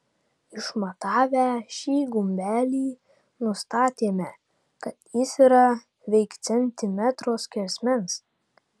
išmatavę šį gumbelį nustatėme kad jis yra veik centimetro skersmens